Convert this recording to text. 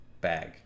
bag